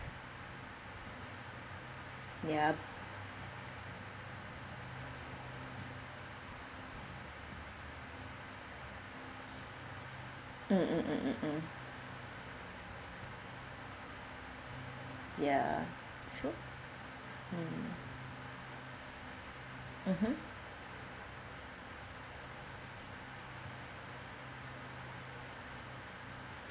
ya mm mm mm mm mm ya true mm mmhmm